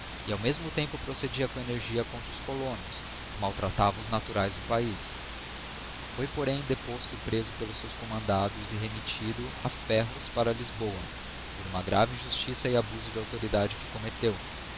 e ao mesmo tempo procedia com energia contra os colonos que maltratavam naturaes do paiz foi porém deposto e preso pelos seus commandados e remettido á ferros para lisboa por uma grave injustiça e abuso de autoridade que commetteu